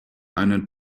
einen